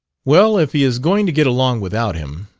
well, if he is going to get along without him,